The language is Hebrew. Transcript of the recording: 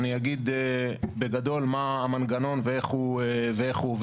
אני אגיד בגדול מה המנגנון ואיך הוא עובד.